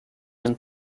and